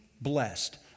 blessed